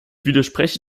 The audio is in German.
widerspreche